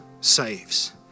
saves